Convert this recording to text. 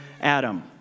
Adam